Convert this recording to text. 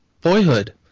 boyhood